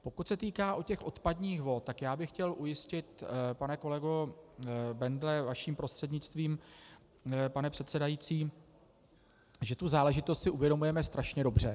Pokud se týká odpadních vod, tak bych chtěl ujistit, pane kolego Bendle, vaším prostřednictvím, pane předsedající, že tu záležitost si uvědomujeme strašně dobře.